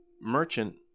merchant